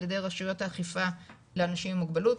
ידי רשויות האכיפה לאנשים עם מוגבלות,